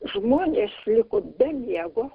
žmonės liko be miego